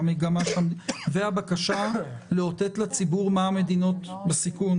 והבקשה לאותת לציבור מה המדינות בסיכון.